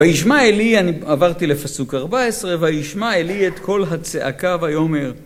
וישמע אלי, אני עברתי לפסוק 14, וישמע אלי את כל הצעקה והיומר.